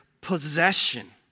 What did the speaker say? possession